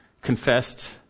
confessed